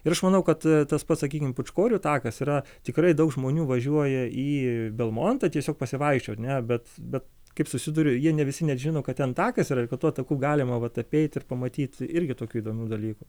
ir aš manau kad tas pats sakykim pūčkorių takas yra tikrai daug žmonių važiuoja į belmontą tiesiog pasivaikščiot ne bet bet kaip susiduriu jie ne visi net žino kad ten takas yra ir kad tuo taku galima vat apeit ir pamatyt irgi tokių įdomių dalykų